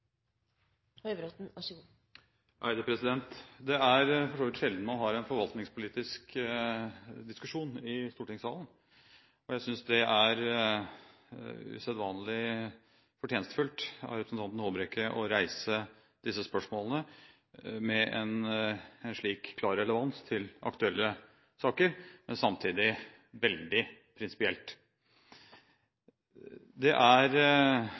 er for så vidt sjelden man har en forvaltningspolitisk diskusjon i stortingssalen, og jeg synes det er usedvanlig fortjenestefullt av representanten Håbrekke å reise disse spørsmålene som har en slik klar relevans til aktuelle saker, men samtidig er veldig prinsipielle. Det er